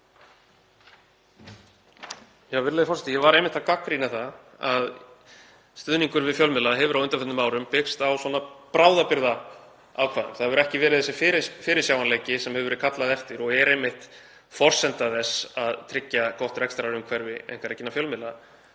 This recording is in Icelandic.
Virðulegi forseti. Ég var einmitt að gagnrýna það að stuðningur við fjölmiðla hefur á undanförnum árum byggst á svona bráðabirgðaákvæðum, það hefur ekki verið þessi fyrirsjáanleiki sem hefur verið kallað eftir og er einmitt forsenda þess að tryggja gott rekstrarumhverfi einkarekinna fjölmiðla